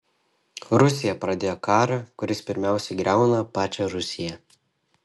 rusija pradėjo karą kuris pirmiausia griauna pačią rusiją